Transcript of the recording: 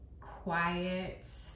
quiet